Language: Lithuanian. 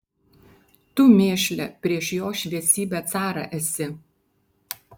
tu mėšle prieš jo šviesybę carą esi